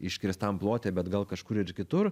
iškirstam plote bet gal kažkur ir kitur